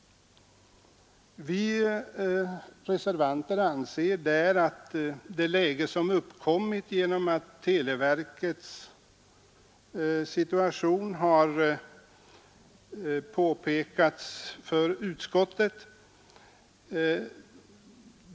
Vi reservanter anser att det läge som uppkommit genom televerkets påpekande har skapat en helt ny situation.